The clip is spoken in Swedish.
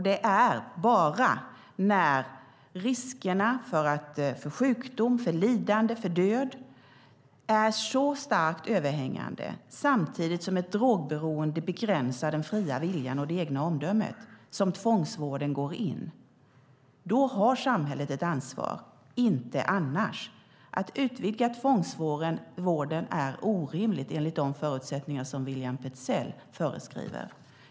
Det är bara när risken för sjukdom, lidande och död är starkt överhängande, samtidigt som ett drogberoende begränsar den fria viljan och det egna omdömet, som tvångsvården går in. Då har samhället ett ansvar, inte annars. Att utvidga tvångsvården är orimligt enligt de förutsättningar som William Petzäll föreskriver.